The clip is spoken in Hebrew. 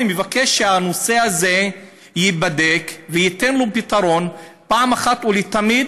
נבקש שהנושא הזה ייבדק ויינתן לו פתרון אחת ולתמיד,